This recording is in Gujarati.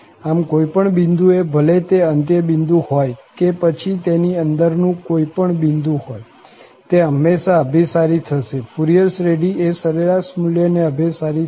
આમ કોઈ પણ બિંદુ એ ભલે તે અંત્યબિંદુ હોય કે પછી તેની અંદર નું કોઈ પણ બિંદુ હોય તે હંમેશા અભિસારી થશે ફુરિયર શ્રેઢી એ સરેરાશ મૂલ્યને અભિસારી થશે